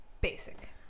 basic